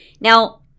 Now